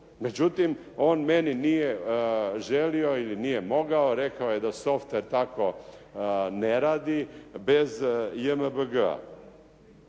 Međutim, on meni nije želio ili nije mogao. Rekao je da software tako ne radi bez JMBG-a